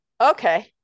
Okay